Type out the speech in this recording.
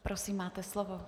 Prosím, máte slovo.